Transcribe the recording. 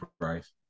price